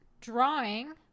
drawing